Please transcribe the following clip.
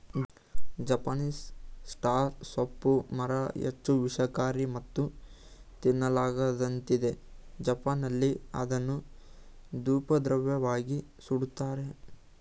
Japanese star ಸೋಂಪು ಮರ ಹೆಚ್ಚು ವಿಷಕಾರಿ ಮತ್ತು ತಿನ್ನಲಾಗದಂತಿದೆ ಜಪಾನ್ನಲ್ಲಿ ಅದನ್ನು ಧೂಪದ್ರವ್ಯವಾಗಿ ಸುಡ್ತಾರೆ